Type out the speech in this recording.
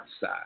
side